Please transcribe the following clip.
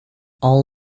all